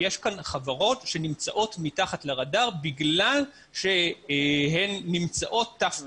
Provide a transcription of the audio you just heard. יש כאן חברות שנמצאות מתחת לרדאר בגלל שהן נמצאות ת"פ